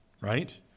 Right